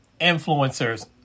influencers